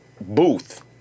booth